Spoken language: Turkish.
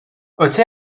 öte